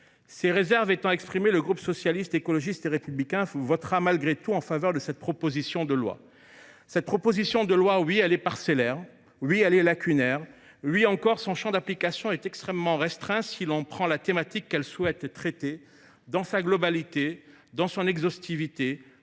Ces réserves étant exprimées, le groupe Socialiste, Écologiste et Républicain votera en faveur de cette proposition de loi. Oui, cette proposition de loi est parcellaire. Oui, elle est lacunaire. Oui, son champ d’application est extrêmement restreint dès lors que l’on considère la thématique qu’elle souhaite traiter dans sa globalité, son exhaustivité